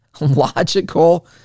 logical